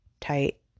tight